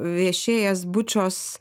viešėjęs bučos